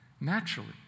Naturally